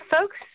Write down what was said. folks